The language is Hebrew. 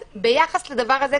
ביחס לדבר הזה,